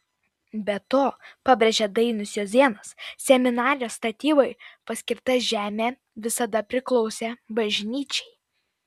be to pabrėžė dainius juozėnas seminarijos statybai paskirta žemė visada priklausė bažnyčiai